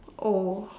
oh